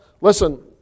Listen